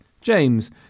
James